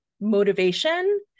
motivation